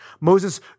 Moses